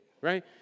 right